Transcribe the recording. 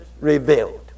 revealed